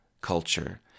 culture